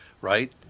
right